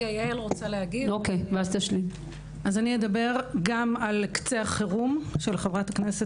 אני אדבר על קצה החירום שהעלתה חברת הכנסת